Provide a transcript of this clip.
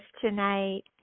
tonight